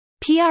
PR